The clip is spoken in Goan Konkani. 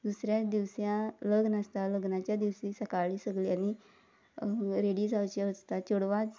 दुसऱ्या दिसा लग्न आसता लग्नाच्या दिसा सकाळीं सगल्यांनी रेडी जावचें आसता चेडवांच